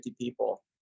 people